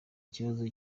kibazo